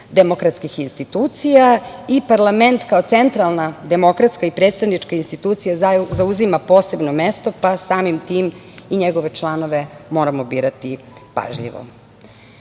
demokratskih institucija i parlament kao centralna demokratska i predstavnička institucija zauzima posebno mesto, pa samim tim i njegove članove moramo birati pažljivo. Još